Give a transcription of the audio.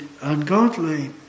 ungodly